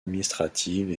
administrative